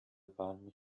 برمی